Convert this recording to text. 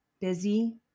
busy